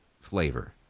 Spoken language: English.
flavor